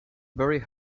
very